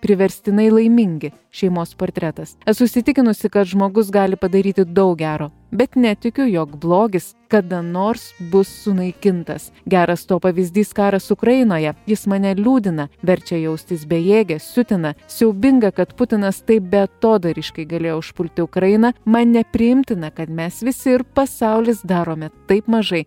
priverstinai laimingi šeimos portretas esu įsitikinusi kad žmogus gali padaryti daug gero bet netikiu jog blogis kada nors bus sunaikintas geras to pavyzdys karas ukrainoje jis mane liūdina verčia jaustis bejėge siutina siaubinga kad putinas taip beatodairiškai galėjo užpulti ukrainą man nepriimtina kad mes visi ir pasaulis darome taip mažai